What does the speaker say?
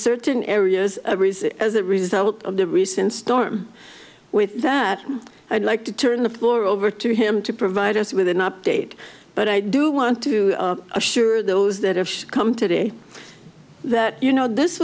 certain areas as a result of the recent storm with that i'd like to turn the floor over to him to provide us with an update but i do want to assure those that have come today that you know this